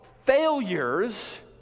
failures